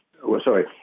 sorry